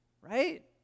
right